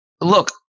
look